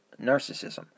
narcissism